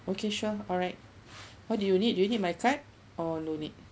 okay sure alright what do you need do you need my card or no need